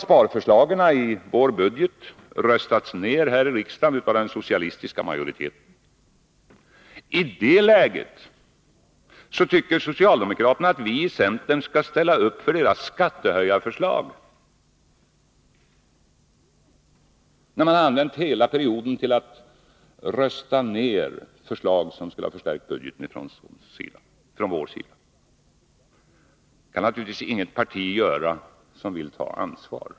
Sparförslagen i vår budget har emellertid nu den socialistiska majoriteten här i riksdagen röstat ner. I det läget tycker socialdemokraterna att vi i centern skall ställa upp för deras skattehöjarförslag, när de använt hela perioden till att rösta ned förslag som skulle förstärkt budgeten från vår sida. Men det kan givetvis inget parti göra som vill ta ansvar.